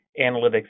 analytics